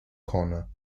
corner